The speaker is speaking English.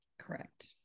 Correct